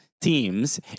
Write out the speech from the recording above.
teams